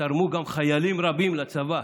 תרמו גם חיילים רבים לצבא.